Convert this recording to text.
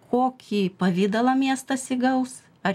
kokį pavidalą miestas įgaus ar